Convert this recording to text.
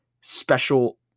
special